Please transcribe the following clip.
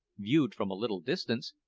viewed from a little distance,